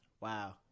wow